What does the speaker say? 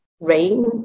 rain